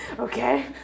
Okay